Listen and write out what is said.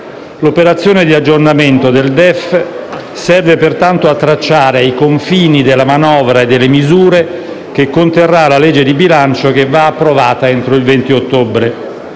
L'operazione di aggiornamento del DEF serve pertanto a tracciare i confini della manovra e delle misure che conterrà la legge di bilancio, che va approvata entro il 20 ottobre.